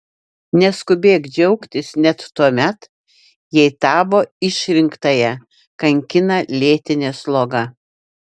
neskubėk džiaugtis net tuomet jei tavo išrinktąją kankina lėtinė sloga